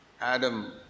Adam